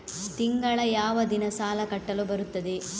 ತಿಂಗಳ ಯಾವ ದಿನ ಸಾಲ ಕಟ್ಟಲು ಬರುತ್ತದೆ?